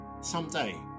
someday